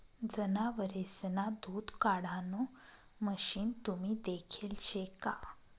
जनावरेसना दूध काढाण मशीन तुम्ही देखेल शे का?